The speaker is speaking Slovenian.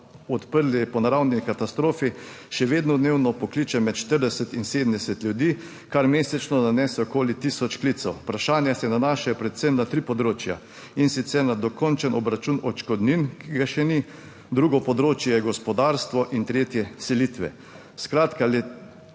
odprli po naravni katastrofi, še vedno dnevno pokliče med 40 in 70 ljudi, kar mesečno nanese okoli tisoč klicev. Vprašanja se nanašajo predvsem na tri področja, in sicer na dokončen obračun odškodnin, ki ga še ni, drugo področje je gospodarstvo in tretje selitve. Skratka